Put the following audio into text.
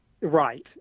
Right